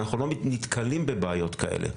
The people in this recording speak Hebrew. אנחנו לא נתקלים בבעיות כאלה.